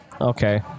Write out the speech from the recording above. Okay